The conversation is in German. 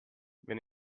wenn